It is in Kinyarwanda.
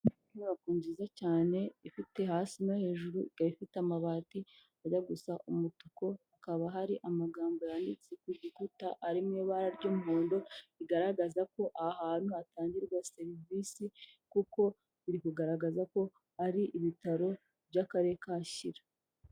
Inyubako nziza cyane ifite hasi no hejuru, ikaba ifite amabati ajya gusa umutuku, hakaba hari amagambo yanditse ku gikuta ari mu ibara ry'umuhondo, rigaragaza ko aha hantu hatangirwa serivisi, kuko biri kugaragaza ko ari ibitaro by'akarere ka Shyira.